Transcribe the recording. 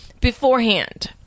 beforehand